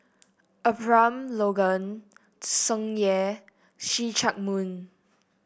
Abraham Logan Tsung Yeh See Chak Mun